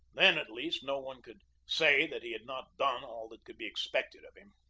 then, at least, no one could say that he had not done all that could be expected of him.